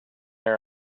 our